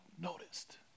noticed